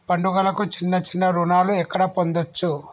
పండుగలకు చిన్న చిన్న రుణాలు ఎక్కడ పొందచ్చు?